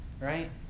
right